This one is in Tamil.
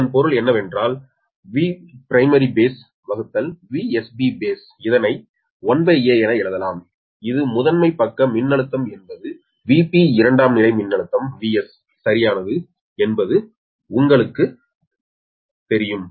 இதன் பொருள் என்னவென்றால் Vprimary baseVsB base இதை 1a என எழுதலாம் இது முதன்மை பக்க மின்னழுத்தம் என்பது Vp இரண்டாம் நிலை மின்னழுத்தம் Vs சரியானது என்பது உங்களுக்குத் தெரியும்